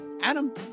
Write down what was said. Adam